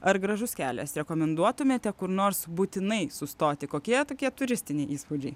ar gražus kelias rekomenduotumėte kur nors būtinai sustoti kokie tokie turistiniai įspūdžiai